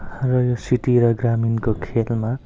र यो सिटी र ग्रामीणको खेलमा